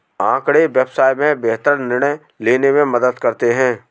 आँकड़े व्यवसाय में बेहतर निर्णय लेने में मदद करते हैं